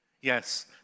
Yes